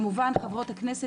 כמובן חברות הכנסת,